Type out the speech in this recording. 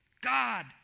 God